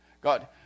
God